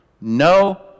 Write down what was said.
No